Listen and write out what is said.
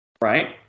right